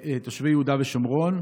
תושבי יהודה ושומרון.